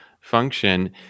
function